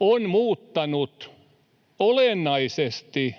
on muuttanut olennaisesti